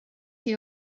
chi